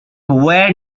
where